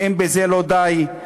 ואם בזה לא די,